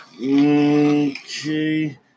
Okay